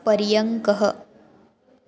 पर्यङ्कः